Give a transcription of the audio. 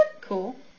Cool